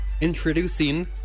introducing